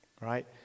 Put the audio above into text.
right